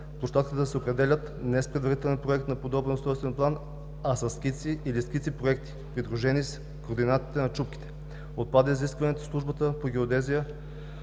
площадките да се определят не с предварителен проект на подробен устройствен план, а със скици или скици-проекти, придружени с координати на чупките. Отпада изискването службата по геодезия,